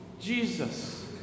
Jesus